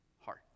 heart